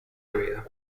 area